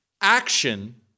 action